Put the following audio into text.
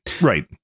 right